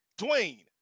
Dwayne